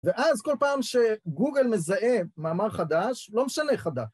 ואז כל פעם שגוגל מזהה מאמר חדש, לא משנה חדש.